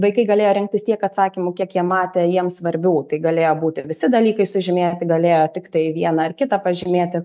vaikai galėjo rinktis tiek atsakymų kiek jie matė jiems svarbių tai galėjo būti visi dalykai sužymėti galėjo tiktai vieną ar kitą pažymėti